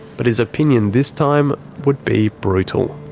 but his opinion this time would be brutal.